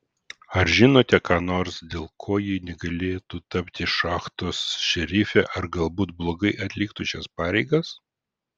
ar žinote ką nors dėl ko ji negalėtų tapti šachtos šerife ar galbūt blogai atliktų šias pareigas